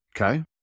Okay